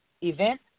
event